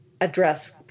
address